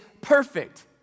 perfect